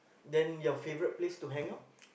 then your favourite place to hang out